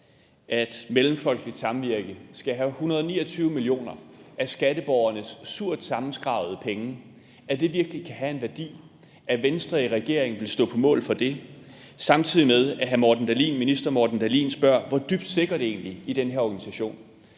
at Mellemfolkeligt Samvirke skal have 129 mio. kr. af skatteborgernes surt sammenskrabede penge, og at det virkelig kan have en værdi, at Venstre i regering vil stå på mål for det, samtidig med at kirkeministeren spørger, hvor dybt det egentlig stikker i den her organisation.